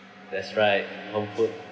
that's right confirm